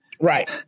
Right